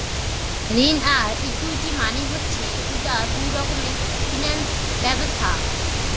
ঋণ আর ইকুইটি মানে হচ্ছে দুটা দুই রকমের ফিনান্স ব্যবস্থা